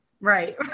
right